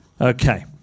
Okay